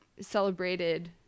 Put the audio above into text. celebrated